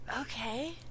Okay